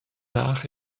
nach